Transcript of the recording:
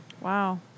Wow